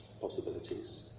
possibilities